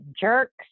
jerks